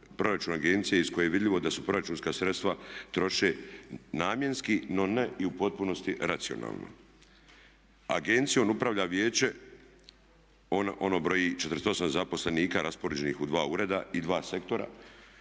proračun agencije iz koje je vidljivo da su proračunska sredstava troše namjenski no ne i u potpunosti racionalno. Agencijom upravlja Vijeće, ono broji 48 zaposlenika raspoređenih u dva ureda i dva sektora